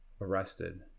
arrested